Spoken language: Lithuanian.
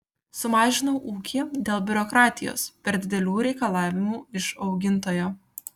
sumažinau ūkį dėl biurokratijos per didelių reikalavimų iš augintojo